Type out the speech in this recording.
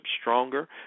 stronger